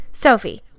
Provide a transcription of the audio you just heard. Sophie